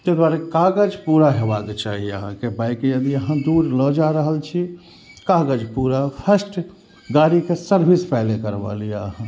ताहि दुआरे कागज पूरा हेबाक चाही अहाँके बाइक यदि अहाँ दूर लऽ जा रहल छी कागज पूरा फर्स्ट गाड़ीके सर्विस पहिले करबा लियऽ अहाँ